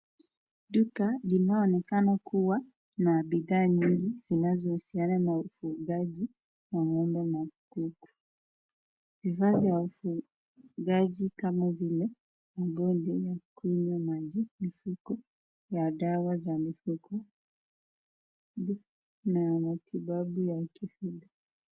Duka inayoonekana kuwa na bidhaa nyingi zinazohusiana na ufugaji wa ng'ombe na kuku, bidhaa za ufugaji kama vile magodi ya kunywa maji, mifuko ya dawa za mifugo na matibabu ya kilimo.